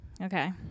Okay